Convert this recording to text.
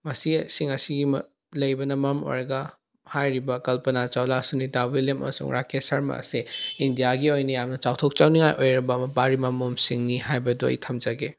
ꯃꯁꯤꯁꯤꯡ ꯑꯁꯤꯒꯤ ꯂꯩꯕꯅ ꯃꯔꯝ ꯑꯣꯏꯔꯒ ꯍꯥꯏꯔꯤꯕ ꯀꯜꯄꯅꯥ ꯆꯥꯎꯂꯥ ꯁꯨꯅꯤꯇꯥ ꯋꯤꯂꯤꯌꯝ ꯑꯃꯁꯨꯡ ꯔꯥꯀꯦꯁ ꯁꯔꯃ ꯑꯁꯤ ꯏꯟꯗꯤꯌꯥꯒꯤ ꯑꯣꯏꯅ ꯌꯥꯝꯅ ꯆꯥꯎꯊꯣꯛꯆꯅꯤꯡꯉꯥꯏ ꯑꯣꯏꯔꯕ ꯃꯄꯥꯔꯤ ꯃꯃꯣꯝꯁꯤꯡꯅꯤ ꯍꯥꯏꯕꯗꯣ ꯑꯩ ꯊꯝꯖꯒꯦ